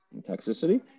Toxicity